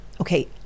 Okay